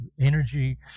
energy